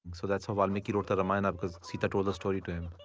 so that's how valmiki wrote the ramayana, because sita told the story to